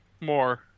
more